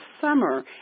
summer